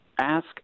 ask